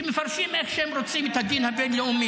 שמפרשים איך שהם רוצים את הדין הבין-לאומי.